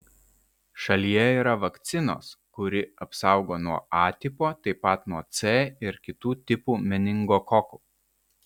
šalyje yra vakcinos kuri apsaugo nuo a tipo taip pat nuo c ir kitų tipų meningokokų